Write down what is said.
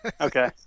okay